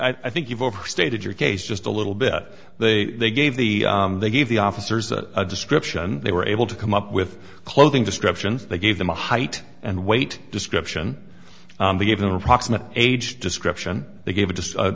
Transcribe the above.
i think you've overstated your case just a little bit they they gave the they gave the officers a description they were able to come up with clothing descriptions they gave them a height and weight description gave them approximate age description they gave it to